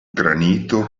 granito